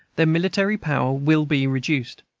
their military power will be reduced.